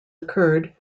occurred